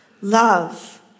love